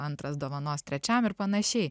antras dovanos trečiam ir panašiai